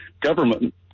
government